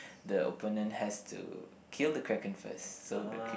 the opponent has to kill the Kraken first so the